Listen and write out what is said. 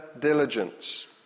Diligence